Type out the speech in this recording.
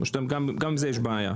או שגם עם זה יש בעיה?